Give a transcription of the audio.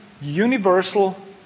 universal